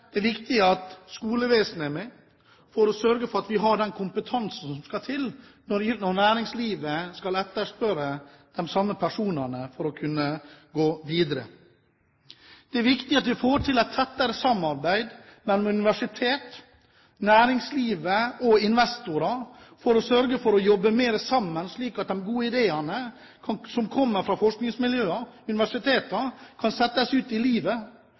sørge for at vi har den kompetansen som skal til når næringslivet skal etterspørre de samme personene for å kunne gå videre. Det er viktig at vi får til et tettere samarbeid mellom universiteter, næringslivet og investorer, for å sørge for å jobbe mer sammen, slik at de gode ideene som kommer fra forskningsmiljøene og universitetene, kan settes ut i livet.